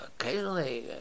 occasionally